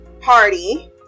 party